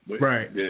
Right